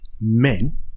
men